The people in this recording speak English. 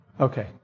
Okay